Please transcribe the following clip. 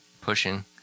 Pushing